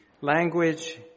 Language